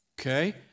okay